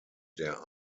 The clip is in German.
der